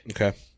Okay